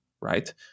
right